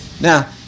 Now